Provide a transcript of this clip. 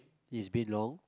it's been long